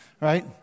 right